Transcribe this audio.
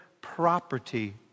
property